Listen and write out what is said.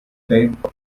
tempo